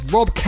Rob